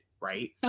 right